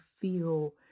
feel